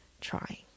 trying